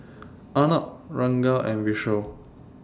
Arnab Ranga and Vishal